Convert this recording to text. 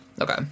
Okay